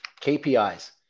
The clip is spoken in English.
KPIs